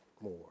more